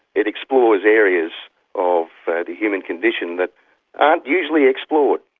it explores areas of the human condition that aren't usually explored.